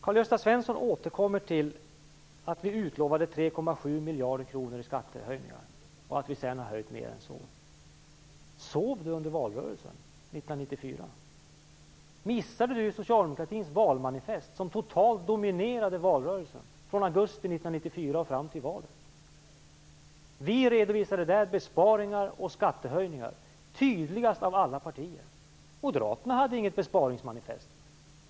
Karl-Gösta Svenson återkommer till att vi utlovade 3,7 miljarder kronor i skattehöjningar och att vi sedan har höjt mer än så. Sov Karl-Gösta Svenson under valrörelsen 1994? Missade Karl-Gösta Svenson socialdemokratins valmanifest, som totalt dominerade valrörelsen från augusti 1994 och fram till valet. Vi redovisade besparingar och skattehöjningar tydligast av alla partier. Moderaterna hade inget besparingsmanifest.